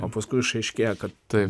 o paskui išaiškėja kad tai